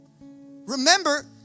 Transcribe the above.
Remember